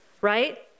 Right